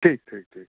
ठीक ठीक ठीक